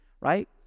right